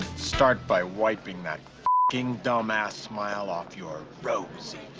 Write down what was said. start by wiping that dumb ass smile of your rosy,